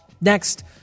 Next